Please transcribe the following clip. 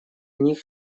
них